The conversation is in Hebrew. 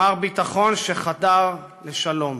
מר ביטחון שחתר לשלום.